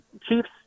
Chiefs